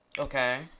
okay